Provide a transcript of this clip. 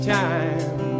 time